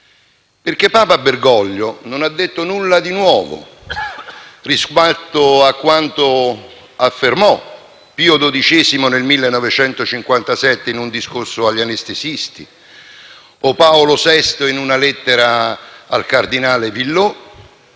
Papa Bergoglio non ha detto nulla di nuovo rispetto a quanto affermò Pio XII nel 1957 in un discorso agli anestesisti o Paolo VI in una lettera al cardinale Villot